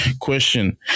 question